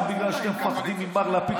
רק בגלל שאתם מפחדים ממר לפיד,